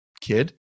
kid